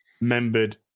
membered